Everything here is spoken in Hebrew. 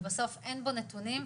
ובסוף אין בו נתונים,